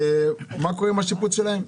מה קורה עם השיפוץ שלהם?